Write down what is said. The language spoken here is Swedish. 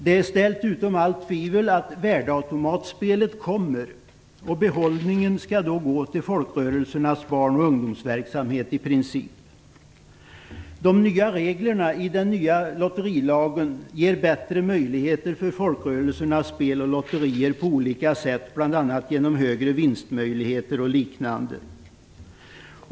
Det är ställt utom allt tvivel att värdeautomatspelet kommer, och behållningen skall i princip gå till folkrörelsernas barnoch ungdomsverksamhet. De nya reglerna i den nya lotterilagen ger bättre möjligheter för folkrörelsernas spel och lotterier på olika sätt, bl.a. genom större vinstmöjligheter och liknande.